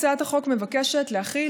הצעת החוק מבקשת להחיל,